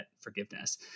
forgiveness